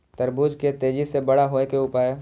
तरबूज के तेजी से बड़ा होय के उपाय?